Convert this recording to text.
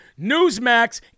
Newsmax